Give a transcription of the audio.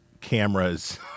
cameras